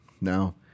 Now